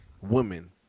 women